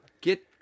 Get